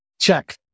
check